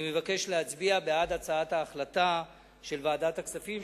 אני מבקש להצביע בעד הצעת ההחלטה של ועדת הכספים,